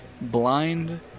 blind